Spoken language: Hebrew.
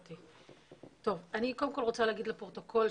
רוצה להגיד לפרוטוקול,